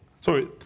sorry